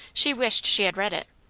she wished she had read it.